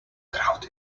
crowd